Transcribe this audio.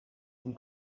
been